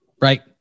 Right